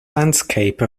landscape